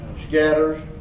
scatters